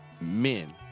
men